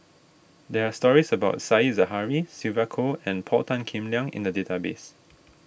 there are stories about Said Zahari Sylvia Kho and Paul Tan Kim Liang in the database